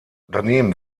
daneben